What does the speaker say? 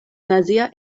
nazia